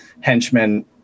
henchmen